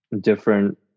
different